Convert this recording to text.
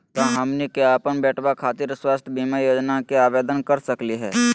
का हमनी के अपन बेटवा खातिर स्वास्थ्य बीमा योजना के आवेदन करे सकली हे?